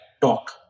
talk